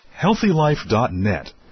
HealthyLife.net